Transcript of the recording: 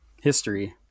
history